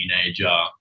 teenager